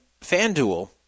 FanDuel